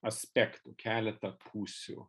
aspektų keletą pusių